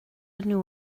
nhw